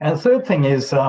and third thing is,